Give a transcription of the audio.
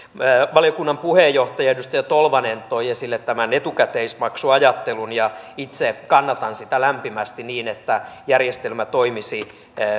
valiokunnan puheenjohtaja edustaja tolvanen toi esille tämän etukäteismaksuajattelun ja itse kannatan sitä lämpimästi niin että järjestelmä toimisi